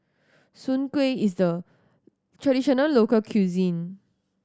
Soon Kuih is the traditional local cuisine